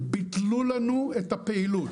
אלא ביטלו לנו את הפעילות.